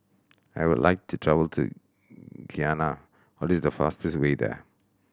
I would like to travel to Guyana what is the fastest way there